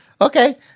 Okay